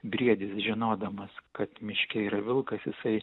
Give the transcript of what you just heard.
briedis žinodamas kad miške yra vilkas jisai